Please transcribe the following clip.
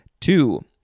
Two